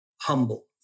humble